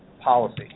policy